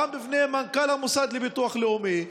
גם בפני מנכ"ל המוסד לביטוח לאומי,